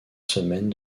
semaines